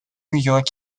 york